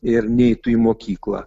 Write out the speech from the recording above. ir neitų į mokyklą